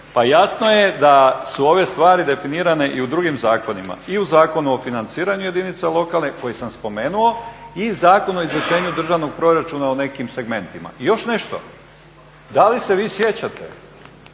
Pa jasno je da su ove stvari definirane i u drugim zakonima. I u Zakonu o financiranju jedinica lokalne koji sam spomenuo i Zakon o izvršenju državnog proračuna u nekim segmentima. I još nešto, da li se vi sjećate